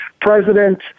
President